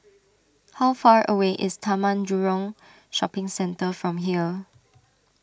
how far away is Taman Jurong Shopping Centre from here